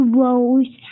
rose